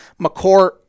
McCourt